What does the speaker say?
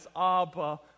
Abba